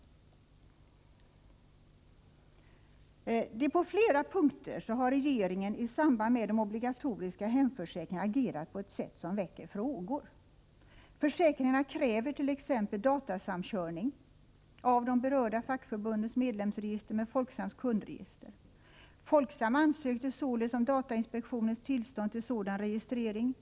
På flera punkter har regeringen i samband med de obligatoriska hemförsäkringarna agerat på ett sätt som föranleder frågor. Försäkringarna kräver t.ex. datasamkörning av de berörda fackförbundens medlemsregister med Folksams kundregister. Folksam har således ansökt om datainspektionens tillstånd till sådan registrering.